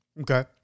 Okay